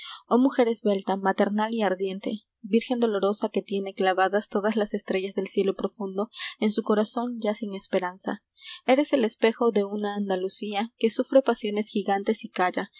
oh mujer esbelta maternal y ardiente virgen dolorosa que tiene clavadas todas las estrellas del cielo profundo en su corazón ya sin esperanza eres el espejo de una andalucía que sufre pasiones gigantes y calla